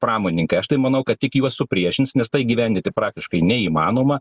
pramoninkai aš tai manau kad tik juos supriešins nes tai įgyvendinti praktiškai neįmanoma